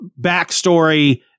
backstory